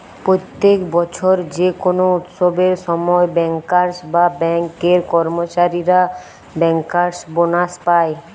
প্রত্যেক বছর যে কোনো উৎসবের সময় বেঙ্কার্স বা বেঙ্ক এর কর্মচারীরা বেঙ্কার্স বোনাস পায়